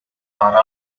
araf